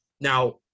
Now